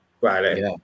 Right